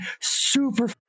super